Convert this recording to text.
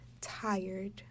tired